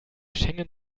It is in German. schengen